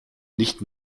nicht